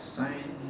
sign